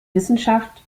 wissenschaft